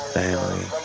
family